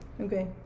Okay